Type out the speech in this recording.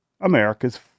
America's